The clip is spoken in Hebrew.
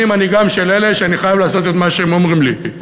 אני מנהיגם של אלה שאני חייב לעשות את מה שהם אומרים לי.